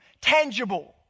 tangible